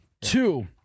Two